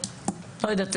לא יודעת,